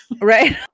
Right